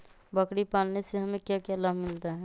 बकरी पालने से हमें क्या लाभ मिलता है?